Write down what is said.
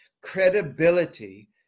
credibility